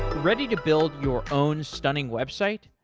ready to build your own stunning website?